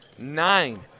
Nine